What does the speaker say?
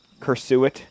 Cursuit